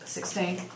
Sixteen